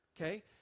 Okay